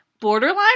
borderline